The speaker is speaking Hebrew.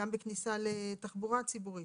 גם בכניסה לתחבורה ציבורית,